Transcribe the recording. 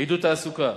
עידוד תעסוקה,